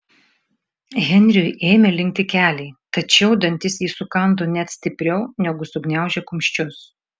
henriui ėmė linkti keliai tačiau dantis jis sukando net stipriau negu sugniaužė kumščius